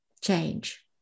change